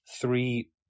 three